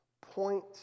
point